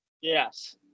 Yes